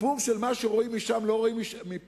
הסיפור של מה שרואים משם לא רואים מפה,